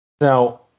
Now